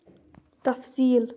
تفصیٖل